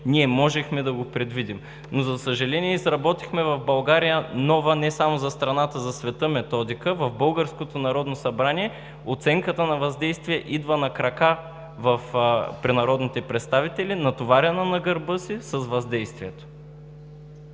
ние можехме да го предвидим. Но, за съжаление, изработихме в България нова – не само за страната, но и за света, методика, в българското Народно събрание оценката на въздействие да идва на крака при народните представители, натоварена на гърба си с въздействието.